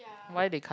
why they can't